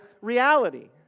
reality